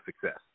success